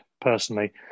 personally